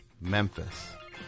Memphis